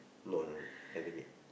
no haven't yet